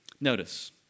Notice